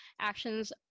Actions